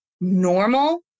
normal